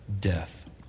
death